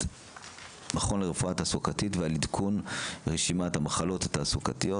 מכון לרפואה תעסוקתית ועל עדכון רשימת המחלות התעסוקתיות.